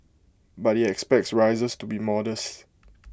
but he expects rises to be modest